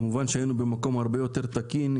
כמובן שהיינו במקום הרבה יותר תקין,